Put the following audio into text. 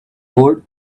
wool